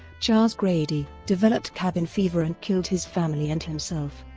charles grady, developed cabin fever and killed his family and himself.